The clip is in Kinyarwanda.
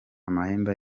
amahembe